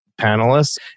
panelists